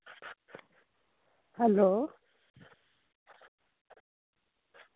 hello